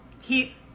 He-